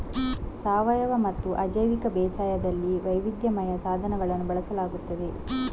ಸಾವಯವಮತ್ತು ಅಜೈವಿಕ ಬೇಸಾಯದಲ್ಲಿ ವೈವಿಧ್ಯಮಯ ಸಾಧನಗಳನ್ನು ಬಳಸಲಾಗುತ್ತದೆ